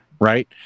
Right